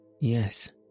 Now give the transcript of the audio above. Yes